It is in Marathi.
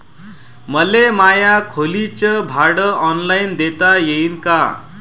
मले माया खोलीच भाड ऑनलाईन देता येईन का?